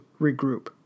regroup